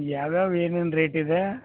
ಯಾವ್ಯಾವು ಏನೇನು ರೇಟಿದೆ